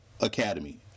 academy